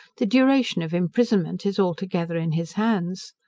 the duration of imprisonment is altogether in his hands.